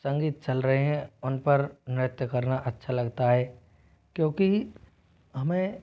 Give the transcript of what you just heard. संगीत चल रहे हैं उन पर नृत्य करना अच्छा लगता हैं क्योंकि हमें